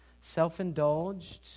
self-indulged